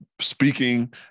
speaking